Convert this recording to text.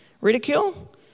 ridicule